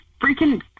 freaking